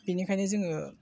बेनिखायनो जोङो